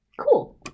Cool